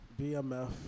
BMF